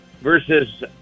versus